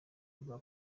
rwa